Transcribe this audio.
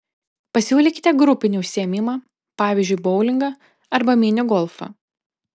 pasiūlykite grupinį užsiėmimą pavyzdžiui boulingą arba mini golfą